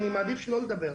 אני מעדיף לא לדבר.